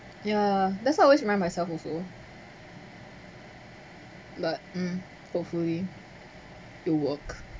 ya that's always remind myself also but mm hopefully it'll work